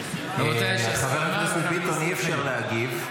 חבר הכנסת ביטון, אי-אפשר להגיב.